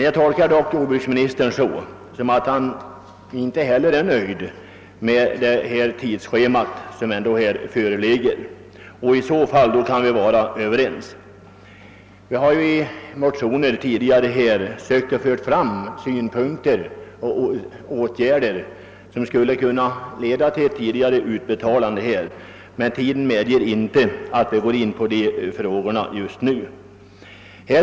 Jag tolkar dock jordbruksministerns svar så att inte heller han är nöjd med det tidsschema som föreligger. I så fall kan vi vara Överens. Jag har tidigare i motioner föreslagit åtgärder som skulle kunna leda till ett tidigare utbetalande, men tiden medger inte att jag nu går in på de frågorna.